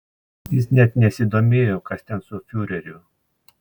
jis net nesidomėjo kas ten su fiureriu